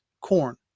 corn